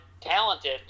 talented